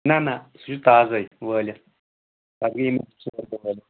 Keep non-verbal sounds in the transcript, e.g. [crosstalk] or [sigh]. نہ نہ سُہ چھُ تازَے وٲلِتھ پَتہٕ گٔے یِم [unintelligible]